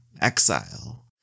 exile